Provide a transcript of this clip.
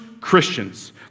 Christians